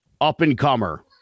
up-and-comer